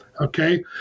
okay